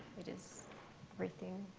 it is everything.